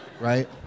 right